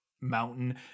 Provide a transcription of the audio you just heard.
mountain